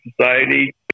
Society